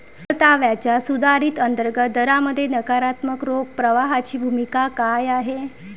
परताव्याच्या सुधारित अंतर्गत दरामध्ये नकारात्मक रोख प्रवाहाची भूमिका काय आहे?